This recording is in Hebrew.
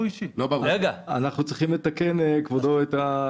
אנחנו צריכים לתקן את המינוח.